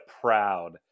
proud